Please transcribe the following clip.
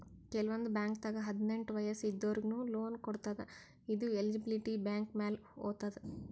ಕೆಲವಂದ್ ಬಾಂಕ್ದಾಗ್ ಹದ್ನೆಂಟ್ ವಯಸ್ಸ್ ಇದ್ದೋರಿಗ್ನು ಲೋನ್ ಕೊಡ್ತದ್ ಇದು ಎಲಿಜಿಬಿಲಿಟಿ ಬ್ಯಾಂಕ್ ಮ್ಯಾಲ್ ಹೊತದ್